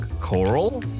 Coral